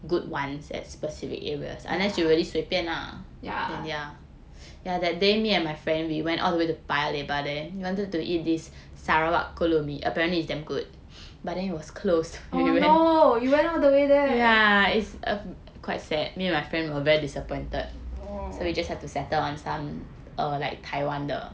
yeah yeah oh no you went all the way there oh